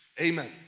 Amen